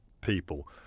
people